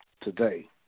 today